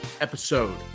episode